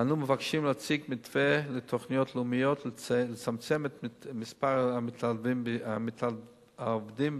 אנו מבקשים להציג מתווה לתוכנית לאומית לצמצום מספר המתאבדים בישראל.